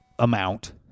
amount